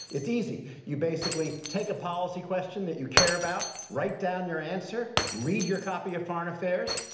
it's easy. you basically take a policy question that you care about, write down your answer, read your copy of foreign affairs,